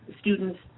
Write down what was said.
students